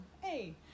hey